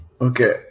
okay